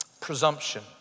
presumption